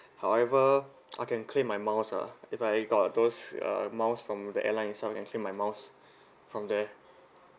however I can claim my miles uh if I got those uh miles from the airline itself I can claim my miles from there